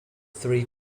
three